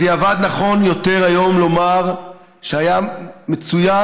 בדיעבד נכון יותר היום לומר שהיה מצוין